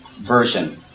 version